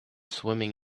swimming